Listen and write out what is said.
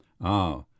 Ah